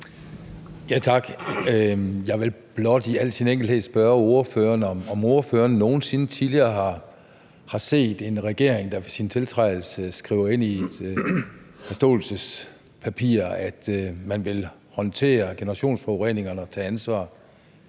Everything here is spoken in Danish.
(S): Tak. Jeg vil blot i al sin enkelhed spørge ordføreren, om ordføreren nogen sinde tidligere har set en regering, der ved sin tiltrædelse skriver ind i et forståelsespapir, at man vil håndtere generationsforureningerne og tage ansvar.